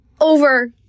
over